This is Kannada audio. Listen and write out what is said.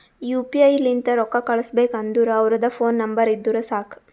ಯು ಪಿ ಐ ಲಿಂತ್ ರೊಕ್ಕಾ ಕಳುಸ್ಬೇಕ್ ಅಂದುರ್ ಅವ್ರದ್ ಫೋನ್ ನಂಬರ್ ಇದ್ದುರ್ ಸಾಕ್